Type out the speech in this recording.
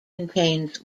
contains